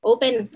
Open